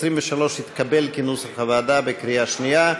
סעיף 23 התקבל כנוסח הוועדה בקריאה שנייה.